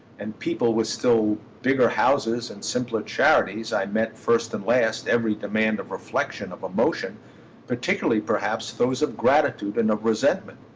and people with still bigger houses and simpler charities, i met, first and last, every demand of reflexion, of emotion particularly perhaps those of gratitude and of resentment.